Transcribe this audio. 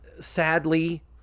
sadly